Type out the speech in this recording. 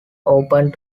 open